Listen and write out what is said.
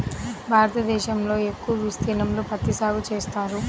భారతదేశంలో ఎక్కువ విస్తీర్ణంలో పత్తి సాగు చేస్తారు